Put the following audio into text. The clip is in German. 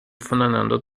voneinander